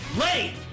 Late